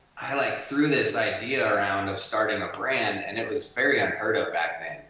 i like threw this idea around of starting a brand and it was very unheard of back then,